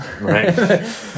right